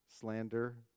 slander